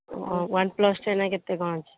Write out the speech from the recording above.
ହଁ OnePlus ଟେନ୍ରେ କେତେ କ'ଣ ଅଛି